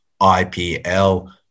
IPL